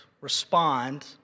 respond